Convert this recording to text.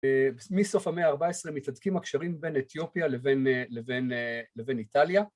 מסוף המאה ה-14 מתהדקים הקשרים בין אתיופיה לבין איטליה